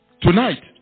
Tonight